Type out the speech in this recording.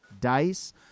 Dice